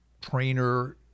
trainer